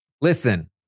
listen